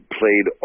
played